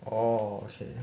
orh okay